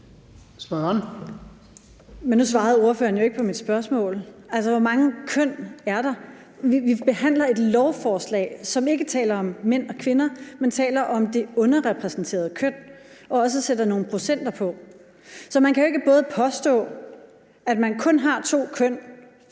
Men nu svarede ordføreren jo ikke på mit spørgsmål. Altså, hvor mange køn er der? Vi behandler et lovforslag, som ikke taler om mænd og kvinder, men taler om det underrepræsenterede køn og også sætter nogle procenter på. Så man kan jo ikke både påstå, at man kun har to køn,